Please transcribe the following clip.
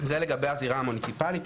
זה מבחינת הזירה המוניציפלית.